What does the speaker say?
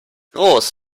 groß